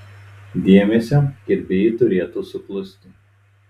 dėmesio gerbėjai turėtų suklusti